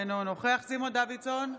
אינו נוכח סימון דוידסון,